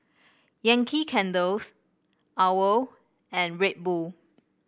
Yankee Candles OWL and Red Bull